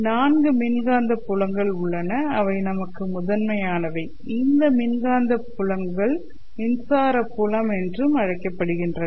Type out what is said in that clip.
நான்கு மின்காந்த புலங்கள் உள்ளன அவை நமக்கு முதன்மையானவை இந்த மின்காந்த புலங்கள் மின்சார புலம் என்று அழைக்கப்படுகின்றன